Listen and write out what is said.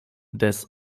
des